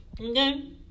okay